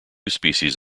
species